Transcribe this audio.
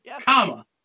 comma